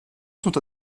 sont